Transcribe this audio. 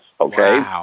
okay